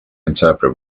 interpret